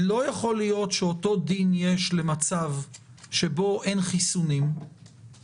לא יכול להיות שאותו דין יש למצב שבו אין חיסונים והאזרח